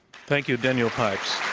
thank you, daniel pipes.